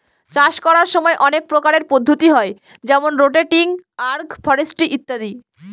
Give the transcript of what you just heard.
চাষ করার সময় অনেক প্রকারের পদ্ধতি হয় যেমন রোটেটিং, আগ্র ফরেস্ট্রি ইত্যাদি